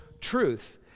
truth